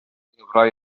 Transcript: lyfrau